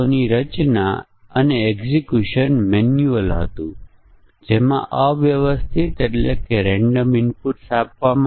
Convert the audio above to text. તેથી આપણે બીજું કંઈક કરવાની જરૂર છે જેથી આપણે હવે તેના પર ધ્યાન આપીશું